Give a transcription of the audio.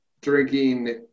Drinking